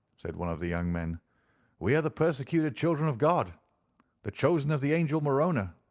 said one of the young men we are the persecuted children of god the chosen of the angel merona.